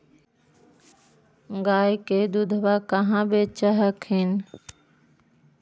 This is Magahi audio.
गया के दूधबा कहाँ बेच हखिन?